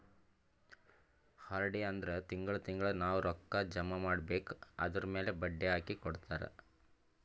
RD ಅಂದುರ್ ತಿಂಗಳಾ ತಿಂಗಳಾ ನಾವ್ ರೊಕ್ಕಾ ಜಮಾ ಮಾಡ್ಬೇಕ್ ಅದುರ್ಮ್ಯಾಲ್ ಬಡ್ಡಿ ಹಾಕಿ ಕೊಡ್ತಾರ್